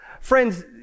friends